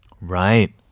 Right